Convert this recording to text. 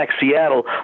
Seattle